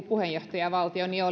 puheenjohtajavaltio maailmassa ja